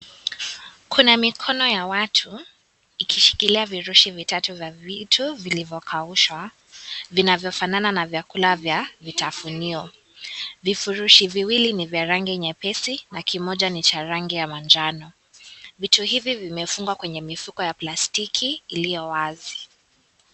Kuna mikono ya watu ikishikilia virushi vitatu vya vitu vilivyokaushwa, vinavyofanana na vyakula vya vitafunio. Vifurushi viwili ni vya rangi nyepesi na kimoja ni cha rangi ya manjano. Vitu hivi vimefungwa kwenye mifugo ya plastiki iliyo wazi.